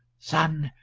son,